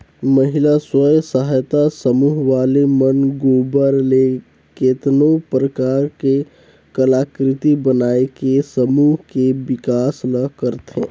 महिला स्व सहायता समूह वाले मन गोबर ले केतनो परकार के कलाकृति बनायके समूह के बिकास ल करथे